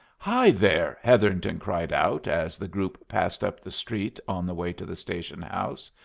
hi there! hetherington cried out, as the group passed up the street on the way to the station-house.